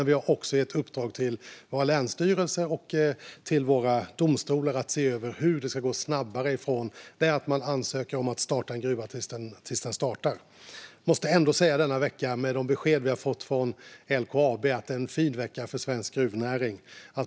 Vi har också gett uppdrag till våra länsstyrelser och våra domstolar att se över hur det ska gå snabbare från det att man ansöker om att starta en gruva tills den startar. Jag måste ändå säga att de besked vi har fått från LKAB gör detta till en fin vecka för svensk gruvnäring.